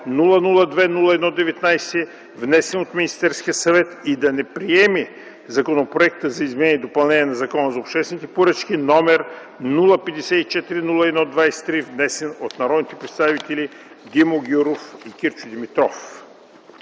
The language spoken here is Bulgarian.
002-01-19, внесен от Министерския съвет, и да не приеме законопроекта за изменение и допълнение на Закона за обществените поръчки, № 054-01-23, внесен от народните представители Димо Гяуров и Кирчо Димитров.